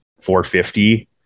450